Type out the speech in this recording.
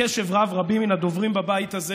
אני שומע בקשב רב רבים מן הדוברים בבית הזה,